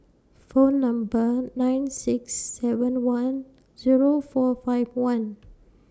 For Number nine six seven one Zero four five one